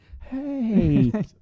Hey